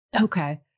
Okay